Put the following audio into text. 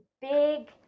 big